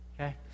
Okay